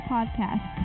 Podcast